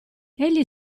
egli